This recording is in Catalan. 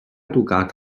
tocat